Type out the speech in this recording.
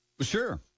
Sure